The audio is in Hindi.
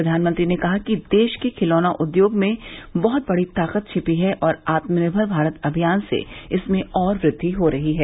प्रधानमंत्री ने कहा कि देश के खिलौना उद्योग में बहुत बड़ी ताकत छिपी है और आत्मनिर्मर भारत अभियान से इसमें और वृद्धि हो रही है